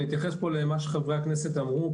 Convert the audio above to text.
אני אתייחס למה שחברי הכנסת אמרו,